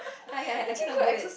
I I I cannot do it